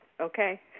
Okay